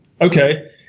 Okay